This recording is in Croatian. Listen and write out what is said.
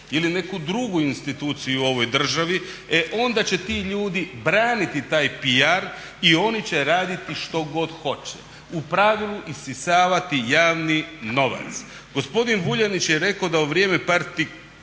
ili neku drugu instituciju u ovoj državi, e onda će ti ljudi braniti taj PR i oni će raditi što god hoće, u pravilu isisavati javni novac. Gospodin Vuljanić je rekao da u vrijeme